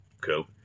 cool